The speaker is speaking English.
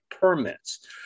permits